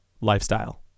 lifestyle